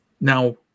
now